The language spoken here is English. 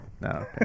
No